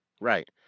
Right